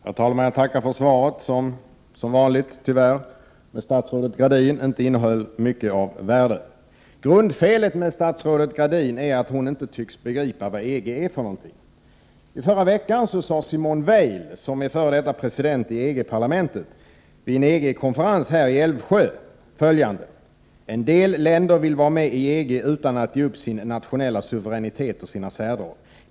Herr talman! Jag tackar för svaret, som tyvärr, som vanligt när det gäller statsrådet Gradin, inte innehöll mycket av värde. Grundfelet med statsrådet Gradin är att hon inte tycks begripa vad EG är. I förra veckan sade Simone Veil, f.d. president i EG-parlamentet, vid en EG-konferens i Älvsjö följande: ”En del länder vill vara med i EG utan att ge upp sin nationella suveränitet och sina särdrag.